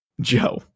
Joe